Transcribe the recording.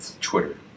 Twitter